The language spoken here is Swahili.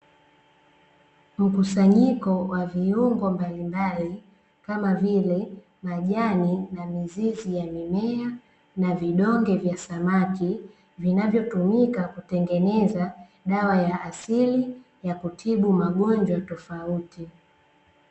Mkusanyiko wa viungo mbalimbali, kama vile majani na mizizi ya mimea na vidonge vya samaki, vinavyotumika kutengeneza dawa ya asili, ya kutibu magonjwa tofauti.